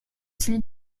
celui